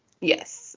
yes